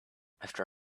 after